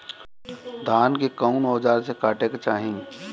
धान के कउन औजार से काटे के चाही?